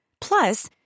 Plus